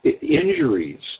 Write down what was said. Injuries